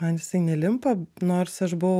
man jisai nelimpa nors aš buvau